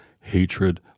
hatred